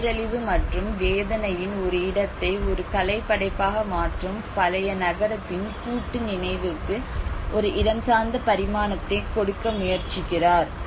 பேரழிவு மற்றும் வேதனையின் ஒரு இடத்தை ஒரு கலைப் படைப்பாக மாற்றும் பழைய நகரத்தின் கூட்டு நினைவுக்கு ஒரு இடஞ்சார்ந்த பரிமாணத்தை கொடுக்க முயற்சிக்கிறார்